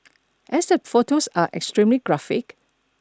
as the photos are extremely graphic